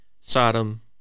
Sodom